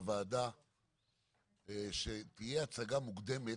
שהוא הליך של סדרי עדיפויות שבאה המדינה ואומרת: